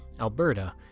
Alberta